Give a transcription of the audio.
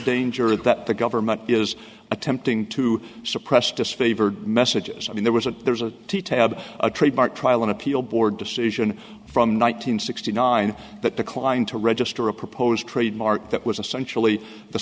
danger that the government is attempting to suppress disfavored messages i mean there was a there's a tab a trademark trial and appeal board decision from nine hundred sixty nine that declined to register a proposed trademark that was a centrally the